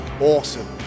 awesome